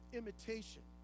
imitation